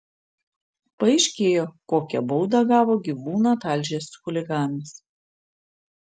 paaiškėjo kokią baudą gavo gyvūną talžęs chuliganas